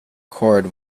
cord